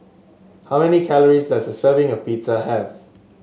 how many calories does a serving of Pizza have